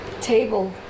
table